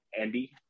Andy